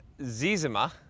Zizima